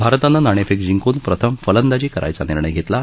भारतानं नाणेफेक जिंकून प्रथम फलंदाजी करायचा निर्णय घेतला आहे